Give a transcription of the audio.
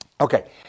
Okay